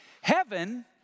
Heaven